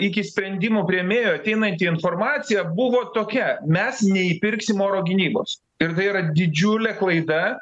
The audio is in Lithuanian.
iki sprendimų priėmėjo ateinanti informacija buvo tokia mes neįpirksim oro gynybos ir tai yra didžiulė klaida